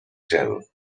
gel